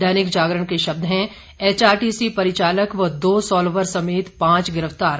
दैनिक जागरण के शब्द हैं एचआरटीसी परिचालक व दो सॉल्वर समेत पांच गिरफतार